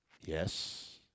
Yes